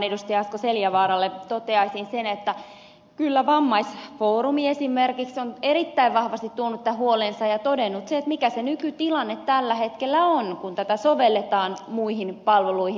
asko seljavaaralle toteaisin sen että kyllä vammaisfoorumi esimerkiksi on erittäin vahvasti tuonut esille tämän huolensa ja todennut sen mikä nykytilanne tällä hetkellä on kun tätä sovelletaan muihin palveluihin